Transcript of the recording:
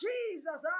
Jesus